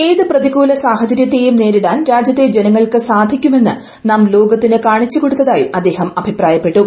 ഏതു പ്രതികൂല സാഹചര്യത്തെയും നേരിടാന്റു രാജ്യത്തെ ജനങ്ങൾക്ക് സാധിക്കുമെന്ന് നാം ലോകത്തിന്റെ കാണിച്ചുകൊടുത്തതായും അദ്ദേഹം അഭിപ്രായപ്പെട്ടു